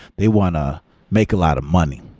they want to make a lot of money.